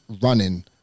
running